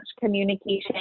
communication